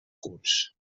curs